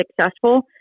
successful